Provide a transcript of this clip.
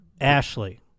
Ashley